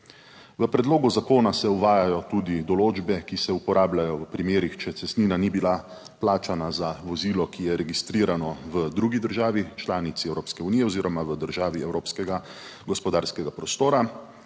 V predlogu zakona se uvajajo tudi določbe, ki se uporabljajo v primerih, če cestnina ni bila plačana za vozilo, ki je registrirano v drugi državi članici Evropske unije oziroma v državi evropskega gospodarskega prostora,